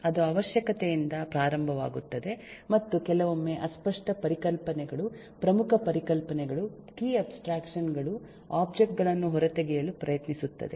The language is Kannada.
ಅದು ಅವಶ್ಯಕತೆಯಿಂದ ಪ್ರಾರಂಭವಾಗುತ್ತದೆ ಮತ್ತು ಕೆಲವೊಮ್ಮೆ ಅಸ್ಪಷ್ಟ ಪರಿಕಲ್ಪನೆಗಳು ಪ್ರಮುಖ ಪರಿಕಲ್ಪನೆಗಳು ಕೀ ಅಬ್ಸ್ಟ್ರಾಕ್ಷನ್ ಗಳು ಒಬ್ಜೆಕ್ಟ್ ಗಳನ್ನು ಹೊರತೆಗೆಯಲು ಪ್ರಯತ್ನಿಸುತ್ತದೆ